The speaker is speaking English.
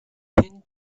thin